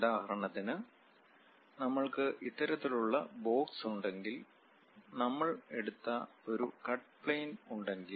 ഉദാഹരണത്തിന് നമ്മൾക്ക് ഇത്തരത്തിലുള്ള ബോക്സ് ഉണ്ടെങ്കിൽ നമ്മൾ എടുത്ത ഒരു കട്ട് പ്ലയിൻ ഉണ്ടെങ്കിൽ